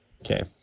Okay